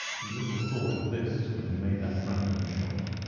he little thought of this when he made that random shot.